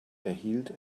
erhielt